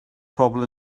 pobl